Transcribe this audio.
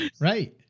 Right